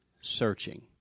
searching